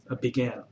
began